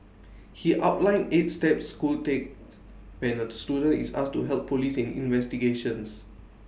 he outlined eight steps schools take when A student is asked to help Police in investigations